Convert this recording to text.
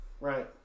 Right